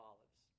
Olives